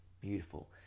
beautiful